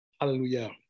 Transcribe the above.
Hallelujah